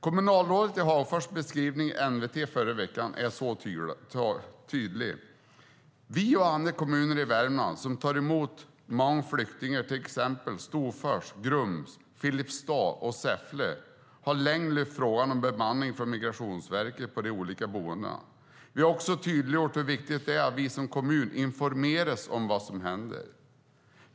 Kommunalrådets i Hagfors kommun beskrivning i NWT i förra veckan är tydlig: Vi och andra kommuner i Värmland som tar emot många flyktingar, till exempel Storfors, Grums, Filipstad och Säffle, har länge lyft frågan om bemanning med Migrationsverket på de olika boendena. Vi har också tydliggjort hur viktigt det är att vi som kommun informeras om vad som händer.